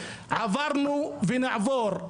עברנו ונעבור,